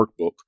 workbook